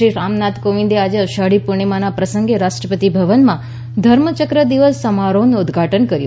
શ્રી રામનાથ કોવિંદે આજે અષાઢી પૂર્ણિમાના પ્રસંગે રાષ્ટ્રપતિ ભવનમાં ધર્મચક્ર દિવસ સમારોહનું ઉદઘાટન કર્યું